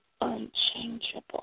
unchangeable